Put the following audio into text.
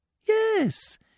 Yes